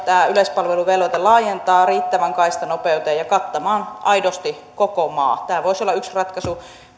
tämä yleispalveluvelvoite laajentaa riittävään kaistanopeuteen ja kattamaan aidosti koko maa tämä voisi olla yksi ratkaisu